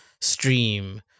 stream